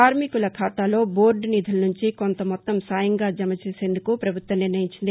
కార్మికుల ఖాతాలో బోర్ద నిధుల నుంచి కొంత మొత్తం సాయంగా జమ చేసేందుకు ప్రభుత్వం నిర్ణయించింది